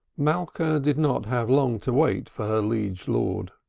malka did not have long to wait for her liege lord.